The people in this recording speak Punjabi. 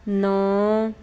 ਨੌਂ